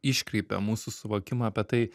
iškreipia mūsų suvokimą apie tai